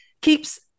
Keeps